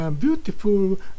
beautiful